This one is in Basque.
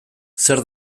zer